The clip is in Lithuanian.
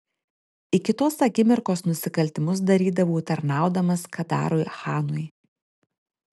iki tos akimirkos nusikaltimus darydavau tarnaudamas kadarui chanui